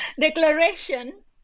declaration